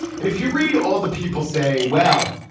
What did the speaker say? and if you read all the people saying, well,